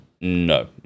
No